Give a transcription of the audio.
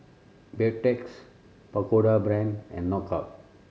Beautex Pagoda Brand and Knockout